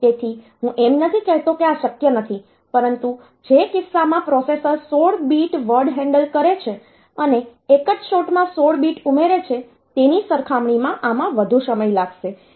તેથી હું એમ નથી કહેતો કે આ શક્ય નથી પરંતુ જે કિસ્સામાં પ્રોસેસર 16 બીટ વર્ડ હેન્ડલ કરે છે અને એક જ શોટ માં 16 બીટ ઉમેરે છે તેની સરખામણીમાં આમાં વધુ સમય લાગશે